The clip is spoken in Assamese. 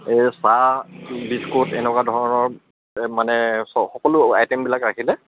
এই চাহ বিস্কুট এনেকুৱা ধৰণৰ মানে সকলো আইটেমবিলাক ৰাখিলে